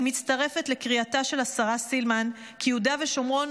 אני מצטרפת לקריאתה של השרה סילמן כי יהודה ושומרון